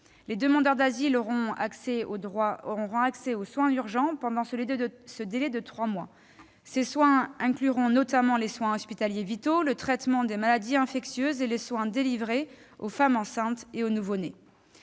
Les demandeurs d'asile auront accès aux soins urgents pendant ce délai de trois mois. Seront notamment concernés les soins hospitaliers vitaux, le traitement des maladies infectieuses et les soins délivrés aux femmes enceintes et aux nouveau-nés.